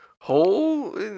hole